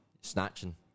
snatching